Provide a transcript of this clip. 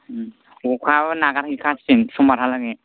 अखाबो नागारहैखासिगोन समबारहालागै